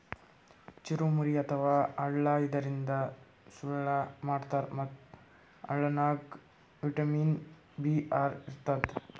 ಚುರಮುರಿ ಅಥವಾ ಅಳ್ಳ ಇದರಿಂದ ಸುಸ್ಲಾ ಮಾಡ್ತಾರ್ ಮತ್ತ್ ಅಳ್ಳನಾಗ್ ವಿಟಮಿನ್ ಬಿ ಆರ್ ಇರ್ತದ್